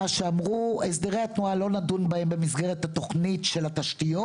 מה שאמרו לגבי הסדרי התנועה זה שלא נדון בהם במסגרת התכנית של התשתיות,